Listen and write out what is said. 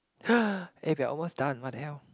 eh we are almost done what the hell